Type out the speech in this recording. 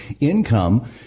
income